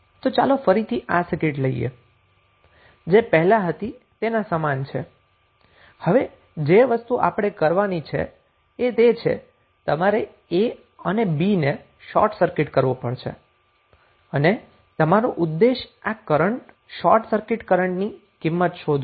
તો ચાલો ફરીથી આ સર્કિટ લઈએ જે પહેલા હતી તેના સમાન છે હવે જે વસ્તુ આપણે કરવાની છે એ તે છે કે તમારે a અને b ને શોર્ટ સર્કિટ કરવુ પડશે અને તમારો ઉદેશ આ કરન્ટ શોર્ટ સર્કિટ કરન્ટની કિંમત શોધવાનો છે